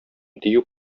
дию